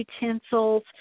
utensils